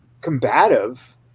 combative